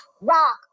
rock